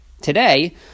Today